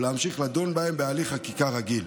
ולהמשיך לדון בהם בהליך חקיקה רגילה.